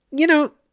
you know,